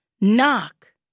Knock